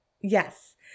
Yes